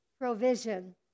provision